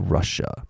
Russia